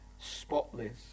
spotless